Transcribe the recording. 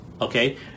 Okay